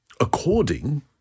according